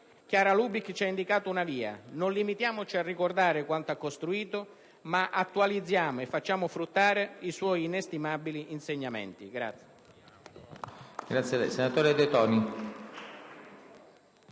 Chiara Lubich ci ha indicato una via. Non limitiamoci a ricordare quanto ha costruito ma attualizziamo e facciamo fruttare i suoi inestimabili insegnamenti.